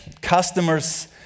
customers